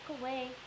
away